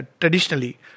traditionally